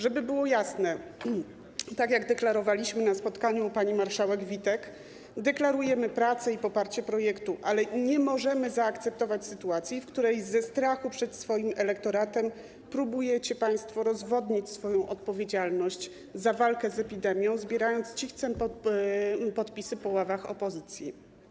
Żeby było jasne, tak jak deklarowaliśmy na spotkaniu u pani marszałek Witek, deklarujemy pracę i poparcie projektu, ale nie możemy zaakceptować sytuacji, w której ze strachu przed swoim elektoratem próbujecie państwo rozwodnić swoją odpowiedzialność za walkę z epidemią, zbierając cichcem podpisy po ławach opozycji.